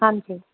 ਹਾਂਜੀ